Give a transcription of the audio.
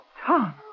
Tom